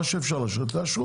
מה שאפשר לאשר תאשרו.